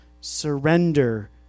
Surrender